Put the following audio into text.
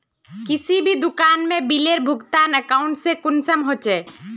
किसी भी दुकान में बिलेर भुगतान अकाउंट से कुंसम होचे?